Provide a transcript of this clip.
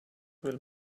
will